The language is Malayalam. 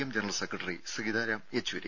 M general secretary Sitaram Yechury